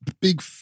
Big